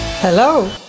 Hello